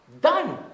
done